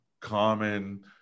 Common